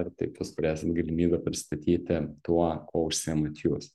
ir taip jūs turėsit galimybę pristatyti tuo kuo užsiemat jūs